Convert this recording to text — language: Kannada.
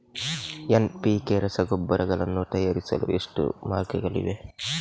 ಎನ್.ಪಿ.ಕೆ ರಸಗೊಬ್ಬರಗಳನ್ನು ತಯಾರಿಸಲು ಎಷ್ಟು ಮಾರ್ಗಗಳಿವೆ?